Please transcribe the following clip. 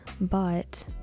but-